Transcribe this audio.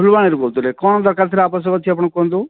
ଫୁଲବାଣୀରୁ କହୁଥିଲେ କଣ ଦରକାର ଥିଲା ଆବଶ୍ୟକ ଅଛି ଆପଣ କୁହନ୍ତୁ